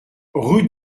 rue